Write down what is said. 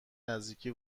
نزدیکی